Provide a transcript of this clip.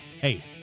Hey